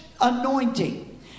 anointing